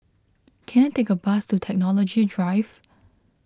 can I take a bus to Technology Drive